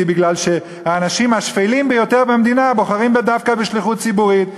בגלל שהאנשים השפלים ביותר במדינה בוחרים דווקא בשליחות ציבורית.